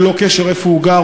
ללא קשר איפה הוא גר,